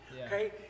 okay